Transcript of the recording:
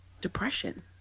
depression